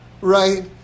right